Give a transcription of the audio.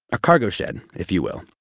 a cargo shed, if you will.